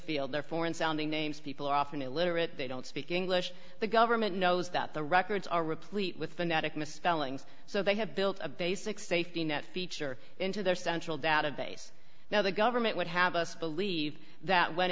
field they're foreign sounding names people are often illiterate they don't speak english the government knows that the records are replete with phonetic misspellings so they have built a basic safety net feature into their central database now the government would have us believe that when